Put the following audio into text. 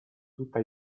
tutta